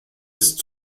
ist